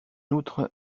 outre